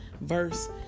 verse